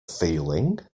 feeling